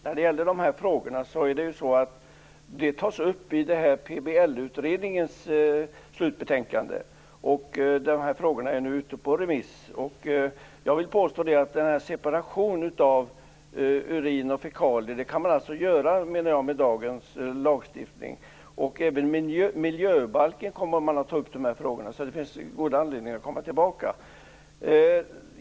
Herr talman! Dessa frågor tas upp i PBL utredningens slutbetänkande. Just nu är detta ute på remiss. Jag vill påstå att dagens lagstiftning tillåter separation av urin och fekalier. Även i miljöbalken kommer dessa frågor att tas upp. Det finns alltså god anledning att återkomma till dem.